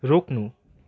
रोक्नु